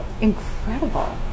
incredible